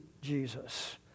Jesus